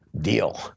Deal